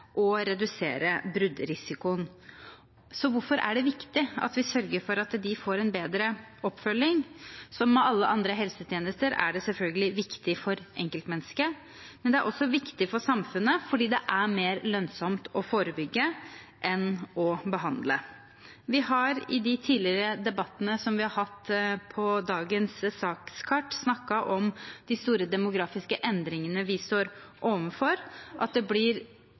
og redusere bruddrisikoen. Så hvorfor er det viktig at vi sørger for at de får en bedre oppfølging? Som med alle andre helsetjenester er det selvfølgelig viktig for enkeltmennesket, men det er også viktig for samfunnet fordi det er mer lønnsomt å forebygge enn å behandle. Vi har i de tidligere debattene som vi har hatt på dagens sakskart, snakket om de store demografiske endringene vi står overfor: at det blir